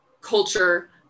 culture